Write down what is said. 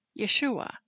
Yeshua